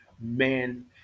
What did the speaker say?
man